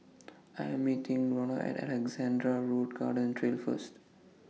I Am meeting Rhona At Alexandra Road Garden Trail First